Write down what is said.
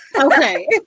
Okay